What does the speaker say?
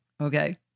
Okay